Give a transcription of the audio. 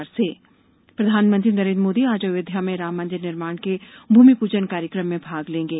भूमिप्जन प्रधानमंत्री नरेन्द्र मोदी आज अयोध्या में राम मंदिर निर्माण के भूमि प्रजन कार्यक्रम में भाग लेंगे